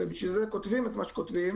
ובשביל זה כותבים את מה שכותבים